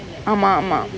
ஆமா ஆமா:aamaa aamaa